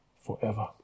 forever